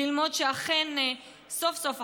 ללמוד שאכן סוף-סוף,